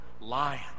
lion